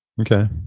Okay